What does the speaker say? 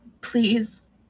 please